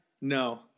No